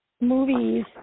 movies